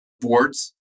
boards